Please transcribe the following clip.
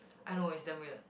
I know it's damn weird